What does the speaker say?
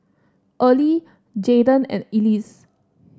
Earley Jaden and Ellis